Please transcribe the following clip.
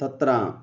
तत्र